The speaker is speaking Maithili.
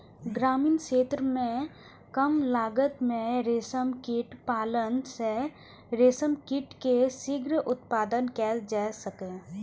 ग्रामीण क्षेत्र मे कम लागत मे रेशम कीट पालन सं रेशम कीट के शीघ्र उत्पादन कैल जा सकैए